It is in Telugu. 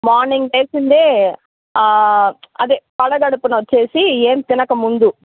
మార్నింగ్ లేచిందే అదే పరకడుపున వచ్చేసి ఏమి తినక ముందు